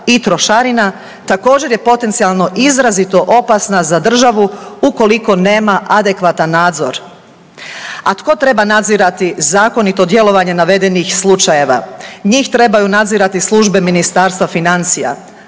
i trošarina, također je potencijalno izrazito opasna za državu, ukoliko nema adekvatan nadzor. A tko treba nadzirati zakonito djelovanje navedenih slučajeva? Njih trebaju nadzirati službe Ministarstva financija,